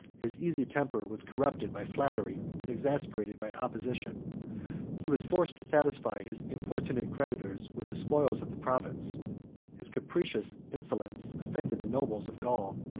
his easy temper was corrupted by flattery, and exasperated by opposition he was forced to satisfy his importunate creditors with the spoils of the province his capricious insolence offended the nobles of gaul,